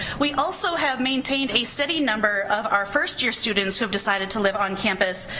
we also have maintained a steady number of our first year students who have decided to live on campus,